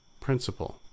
PRINCIPLE